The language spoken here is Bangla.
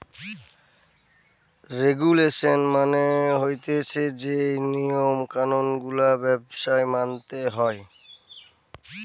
রেগুলেশন মানে হতিছে যেই নিয়ম কানুন গুলা ব্যবসায় মানতে হয়